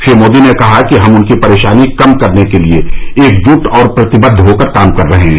श्री मोदी ने कहा कि हम उनकी परेशानी कम करने के लिए एकजुट और प्रतिबद्व होकर काम कर रहे हैं